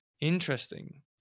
Interesting